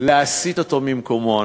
להסיט אותו ממקומו הנוכחי.